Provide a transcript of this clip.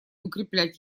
укреплять